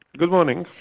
good morning.